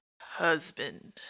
husband